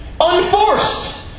Unforced